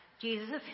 Jesus